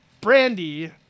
Brandy